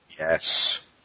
Yes